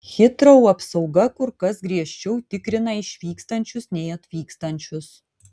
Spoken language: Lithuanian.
hitrou apsauga kur kas griežčiau tikrina išvykstančius nei atvykstančius